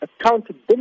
accountability